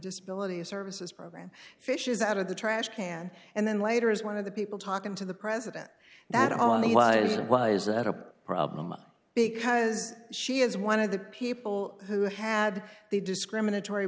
disability services program fishes out of the trash can and then later is one of the people talking to the president that all of the was it was a problem because she is one of the people who had the discriminatory